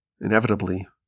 inevitably